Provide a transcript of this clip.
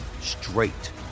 straight